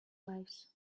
lives